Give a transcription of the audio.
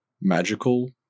magical